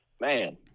man